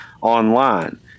online